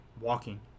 walking